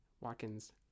Watkins